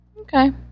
Okay